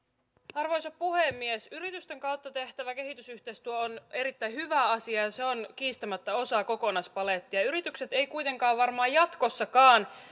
arvoisa puhemies yritysten kautta tehtävä kehitysyhteistyö on erittäin hyvä asia ja se on kiistämättä osa kokonaispalettia yritykset eivät kuitenkaan varmaan jatkossakaan